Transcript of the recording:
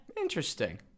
interesting